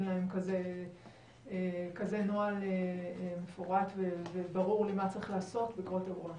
להם כזה נוהל מפורט וברור למה צריך בקרות אירוע?